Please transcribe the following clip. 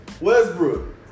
Westbrook